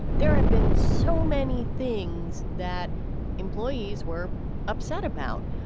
there have been so many things that employees were upset about.